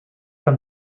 from